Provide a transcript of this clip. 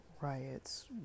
Riots